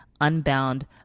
unbound